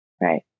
Right